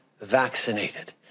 vaccinated